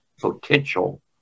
potential